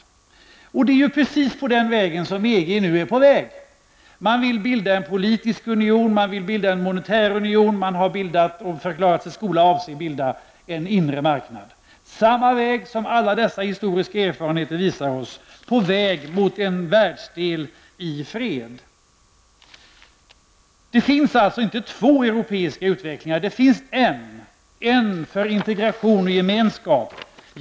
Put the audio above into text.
Detta är också precis den väg som EG nu har tagit in på. Man vill bilda en politisk union, man vill bilda en monetär union, och man har förklarat sig skola avse bilda en inre marknad. Man går samma väg som alla dessa historiska erfarenheter visar oss, på väg mot en världsdel i fred. Det finns alltså inte två europeiska utvecklingar, det finns en -- en väg för integration och gemenskap.